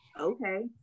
okay